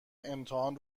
امتحان